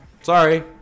Sorry